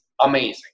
amazing